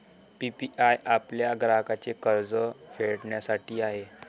PPI आपल्या ग्राहकांचे कर्ज फेडण्यासाठी आहे